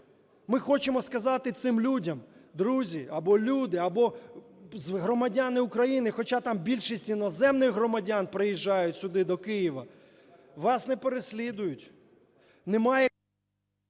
Ми хочемо сказати цим людям, друзі, або, люди, або, громадяни України, хоча там більшість іноземних громадян приїжджають сюди до Києва, вас не переслідують, немає…